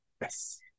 yes